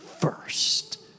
first